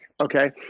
Okay